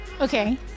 Okay